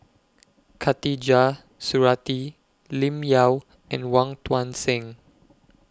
Khatijah Surattee Lim Yau and Wong Tuang Seng